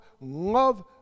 love